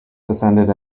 descended